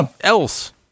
else